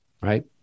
right